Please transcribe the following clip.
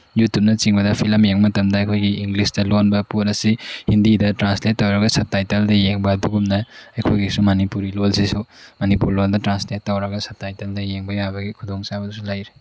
ꯌꯨꯇꯨꯞꯅꯆꯤꯡꯕꯗ film ꯌꯦꯡꯕ ꯃꯇꯝꯗ ꯑꯩꯈꯣꯏꯒꯤ ꯏꯪꯂꯤꯁꯇ ꯂꯣꯟꯕ ꯄꯣꯠ ꯑꯁꯤ ꯍꯤꯟꯗꯤꯗ ꯇ꯭ꯔꯥꯟꯁꯂꯦꯠ ꯇꯧꯔꯒ ꯁꯞꯇꯥꯏꯇꯜꯗ ꯌꯦꯡꯕ ꯑꯗꯨꯒꯨꯝꯅ ꯑꯩꯈꯣꯏꯒꯤꯁꯨ ꯃꯅꯤꯄꯨꯔꯤ ꯂꯣꯜꯁꯤꯁꯨ ꯃꯅꯤꯄꯨꯔ ꯂꯣꯜꯗ ꯇ꯭ꯔꯥꯟꯁꯂꯦꯠ ꯇꯧꯔꯒ ꯁꯞꯇꯥꯏꯇꯜꯗ ꯌꯦꯡꯕ ꯌꯥꯕꯒꯤ ꯈꯨꯗꯣꯡꯆꯥꯕꯗꯨꯁꯨ ꯂꯩꯔꯦ